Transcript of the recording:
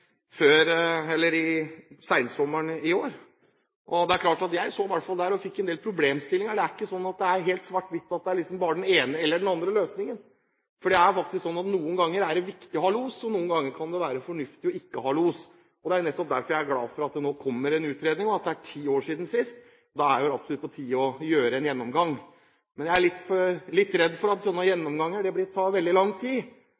år. Jeg så der en del problemstillinger. Det er ikke sånn at det er helt svart-hvitt, og at det bare er den ene eller den andre løsningen. Det er faktisk sånn at noen ganger er det viktig å ha los, og andre ganger kan det være fornuftig ikke å ha los. Det er nettopp derfor jeg er glad for at det nå kommer en utredning. Det er ti år siden sist, det er absolutt på tide å foreta en gjennomgang. Men jeg er litt redd for at slike gjennomganger tar veldig lang tid,